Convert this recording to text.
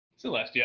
Celestia